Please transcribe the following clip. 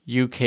UK